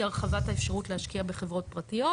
הרחבת האפשרות להשקיע בחברות פרטיות,